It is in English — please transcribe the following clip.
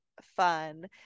fun